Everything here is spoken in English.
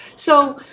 so